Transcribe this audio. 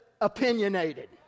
opinionated